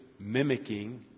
mimicking